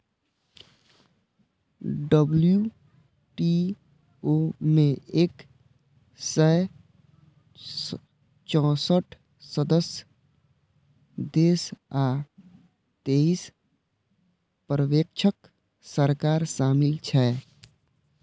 WTO मे एक सय चौंसठ सदस्य देश आ तेइस पर्यवेक्षक सरकार शामिल छै